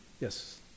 Yes